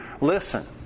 listen